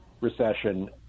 recession